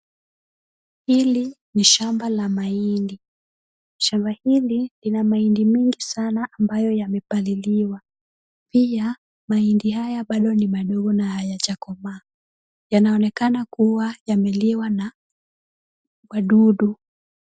Hili ni shamba la mahindi, shamba hili mahindi mingi sana ambayo yamepaliliwa, pia mahindi haya ni madogo hayajakomaa yanaonekana kuwa yameliwa na wadudu.